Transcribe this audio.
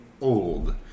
old